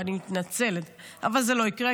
ואני מתנצלת; אבל זה לא ייקרה,